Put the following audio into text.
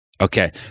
okay